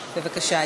בבקשה.